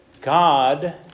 God